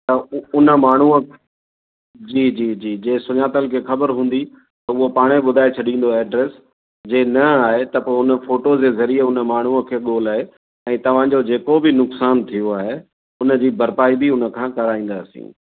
त उ उन माण्हूअ जी जी जी जंहिं सुञातल खे ख़बरु हूंदी उहो पाण ई ॿुधाए छॾींदो एड्रेस जे न आहे त पोइ उन फ़ोटो जे ज़रिये उन माण्हूअ खे ॻोल्हाए ऐं तव्हांजो जेको बि नुक़सानु थियो आहे हुनजी भरपाई बि उनखां कराईंदासीं